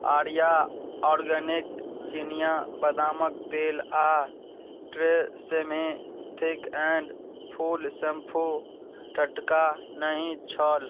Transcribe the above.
आर्या organic चिनिया बदामक तेल आओर TRESemme thick and full shampoo टटका नहि छल